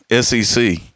SEC